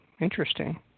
interesting